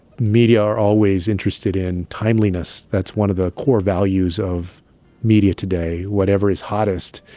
media are always interested in timeliness. that's one of the core values of media today whatever is hottest,